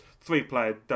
three-player